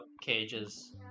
Cage's